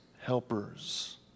helpers